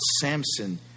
Samson